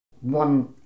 one